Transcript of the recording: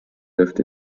läuft